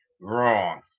wrong